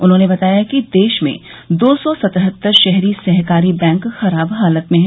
उन्होंने बताया कि देश में दो सौ सतहत्तर शहरी सहकारी बैंक खराब हालत में हैं